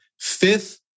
fifth